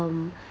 um